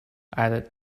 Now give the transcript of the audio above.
added